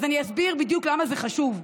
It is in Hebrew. אז אני אסביר בדיוק למה זה חשוב.